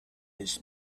this